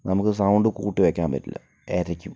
നമുക്ക് സൗണ്ട് കൂട്ടി വയ്ക്കാൻ പറ്റില്ല എരയ്ക്കും